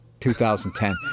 2010